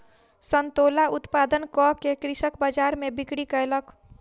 संतोला उत्पादन कअ के कृषक बजार में बिक्री कयलक